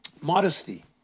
Modesty